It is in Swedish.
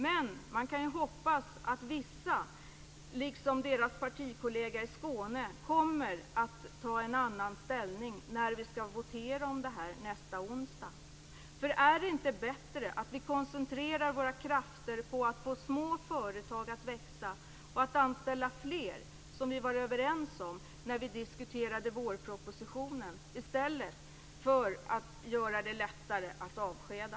Men man kan hoppas att vissa miljöpartister, liksom deras partikollega i Skåne, kommer att ta en annan ställning när vi skall votera om detta nästa onsdag. Är det inte bättre att vi koncentrerar våra krafter på att få små företag att växa och att anställa fler, som vi var överens om när vi diskuterade vårpropositionen, i stället för att göra det lättare att avskeda?